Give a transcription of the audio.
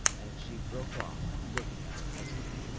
and she broke off, looking at her husband.